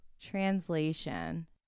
Translation